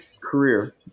career